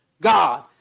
God